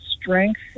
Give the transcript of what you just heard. strength